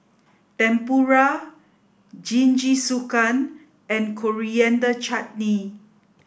Tempura Jingisukan and Coriander Chutney